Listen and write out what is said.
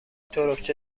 تربچه